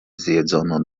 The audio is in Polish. zjedzono